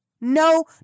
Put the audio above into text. no